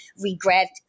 regret